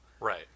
Right